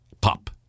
Pop